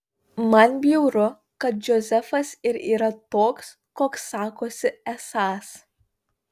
man bjauru kad džozefas ir yra toks koks sakosi esąs